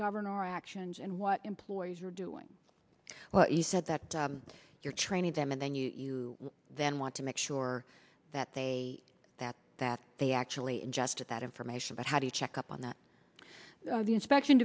govern our actions and what employees are doing what you said that you're training them and then you then want to make sure that they that that they actually ingested that information but how do you check up on that the inspection